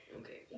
Okay